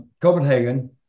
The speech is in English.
Copenhagen